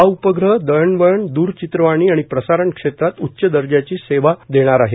हा उपग्रह दळणवळण दूरचित्रवाणी आणि प्रसारण क्षेत्रात उच्च दर्जाची सेवा प्रवेल